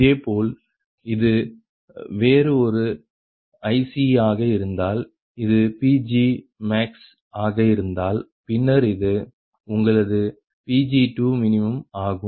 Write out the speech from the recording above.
இதேபோல இது வேறொரு IC ஆக இருந்தால் இது Pg2max ஆக இருந்தால் பின்னர் இது உங்களது Pg2min ஆகும்